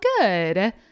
good